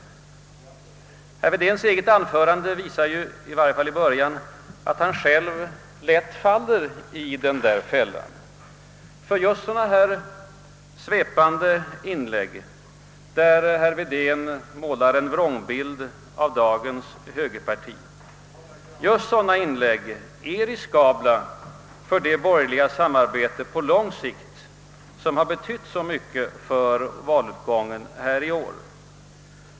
Herr Wedéns eget anförande visade, att han själv fallit i den fällan. Just sådana svepande inlägg, där man målar en vrångbild av dagens högerparti, är riskabla för det borgerliga samarbete på lång sikt som har betytt så mycket för valutgången i år.